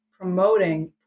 promoting